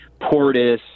Portis